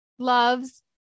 Loves